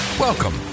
Welcome